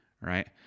right